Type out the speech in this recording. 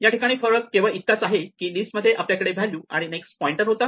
या ठिकाणी फरक केवळ इतकाच आहे की लिस्ट मध्ये आपल्याकडे व्हॅल्यू आणि नेक्स्ट पॉईंटर होता